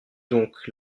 donc